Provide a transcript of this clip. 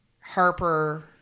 Harper